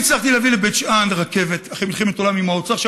אני הצלחתי להביא לבית שאן רכבת אחרי מלחמת עולם עם האוצר,